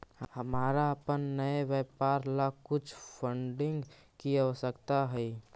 हमारा अपन नए व्यापार ला कुछ फंडिंग की आवश्यकता हई